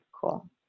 Cool